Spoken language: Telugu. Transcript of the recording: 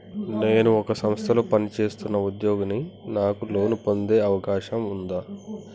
నేను ఒక సంస్థలో పనిచేస్తున్న ఉద్యోగిని నాకు లోను పొందే అవకాశం ఉందా?